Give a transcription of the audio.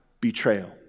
betrayal